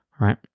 right